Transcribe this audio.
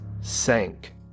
sank